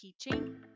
teaching